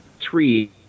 three